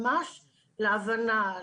ממש - להבנה,